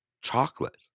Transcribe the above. Chocolate